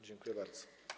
Dziękuję bardzo.